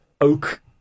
oak